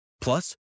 Plus